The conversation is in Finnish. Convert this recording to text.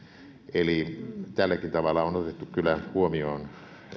eli tälläkin tavalla on on otettu kyllä huomioon